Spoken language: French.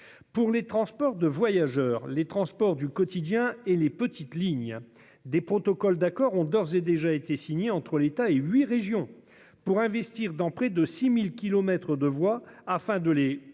Pour les transports de voyageurs les transports du quotidien et les petites lignes des protocoles d'accords ont d'ores et déjà été signés entre l'État et 8 régions pour investir dans près de 6000 kilomètres de voies afin de les